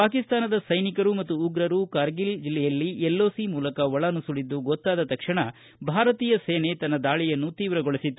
ಪಾಕಿಸ್ತಾನದ ಸೈನಿಕರು ಮತ್ತು ಉಗ್ರರು ಕಾರ್ಗಿಲ್ ಜಿಲ್ಲೆಯಲ್ಲಿ ಎಲ್ಒಸಿ ಮೂಲಕ ಒಳ ನುಸುಳಿದ್ದು ಗೊತ್ತಾದ ತಕ್ಷಣ ಭಾರತೀಯ ಸೇನೆ ತನ್ನ ದಾಳಿಯನ್ನು ತೀವ್ರಗೊಳಿಸಿತ್ತು